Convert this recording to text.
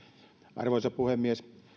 arvoisa puhemies